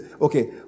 okay